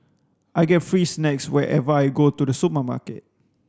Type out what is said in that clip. I get free snacks whenever I go to the supermarket